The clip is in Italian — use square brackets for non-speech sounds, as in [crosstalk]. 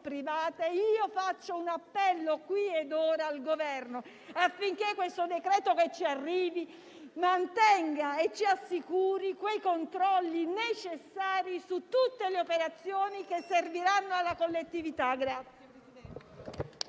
private, io faccio un appello qui e ora al Governo, affinché il decreto in arrivo mantenga e ci assicuri i controlli necessari su tutte le operazioni che serviranno alla collettività. [applause]